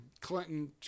Clinton